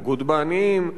פוגעות בעניים,